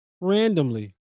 randomly